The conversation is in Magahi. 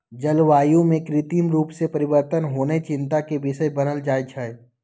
जलवायु में कृत्रिम रूप से परिवर्तन होनाइ चिंता के विषय बन जाइ छइ